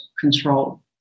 control